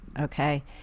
okay